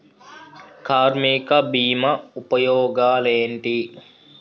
కార్మిక బీమా ఉపయోగాలేంటి?